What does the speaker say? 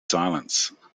silence